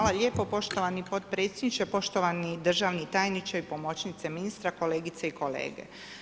Hvala lijepo poštovani potpredsjedniče, poštovani državni tajniče i pomoćnice ministra, kolegice i kolege.